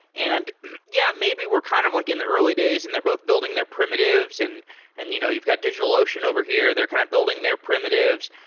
and yeah, maybe we're kind of like in the early days and they're both building their primitives and and you know you've got digitalocean over here. they're kind of building their primitives.